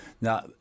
now